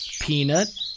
Peanut